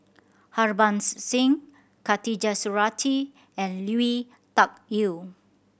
Harbans Singh Khatijah Surattee and Lui Tuck Yew